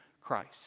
Christ